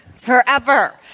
forever